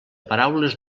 paraules